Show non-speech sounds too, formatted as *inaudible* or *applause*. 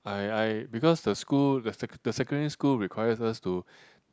I I because the school the school the secondary school requires us to *breath*